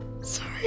sorry